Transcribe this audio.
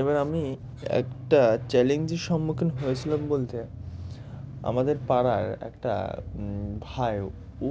এবার আমি একটা চ্যালেঞ্জের সম্মুখীন হয়েছিলাম বলতে আমাদের পাড়ার একটা ভাই